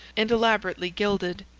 and elaborately gilded.